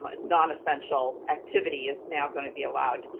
but non-essential activity is now going to be allowed.